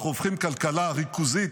אנחנו הופכים כלכלה ריכוזית,